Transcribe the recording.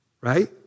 right